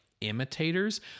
imitators